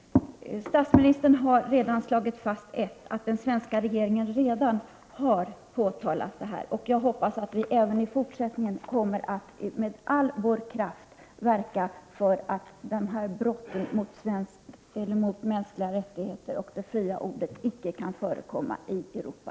Utrikesministern har redan slagit fast att den svenska regeringen redan har påtalat saken. Jag hoppas att vi även i fortsättningen kommer att med all vår kraft verka för att brotten mot mänskliga rättigheter och mot det fria ordet icke skall kunna förekomma i Europa.